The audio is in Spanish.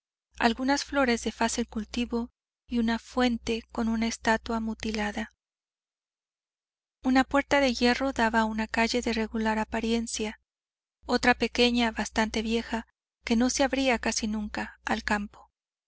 algunas flores de fácil cultivo y una fuente con una estatua mutilada una puerta de hierro daba a una calle de regular apariencia otra pequeña bastante vieja y que no se abría casi nunca al campo